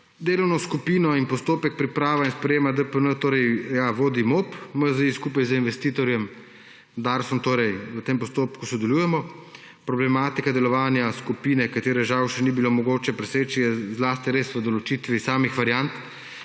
delovno skupino in postopek priprave in sprejema DPN vodi MOP. Mi skupaj z investitorjem Darsom v tem postopku sodelujemo. Problematika delovanja skupine, katere žal še ni bilo mogoče preseči, je zlasti res v določitvi samih variant,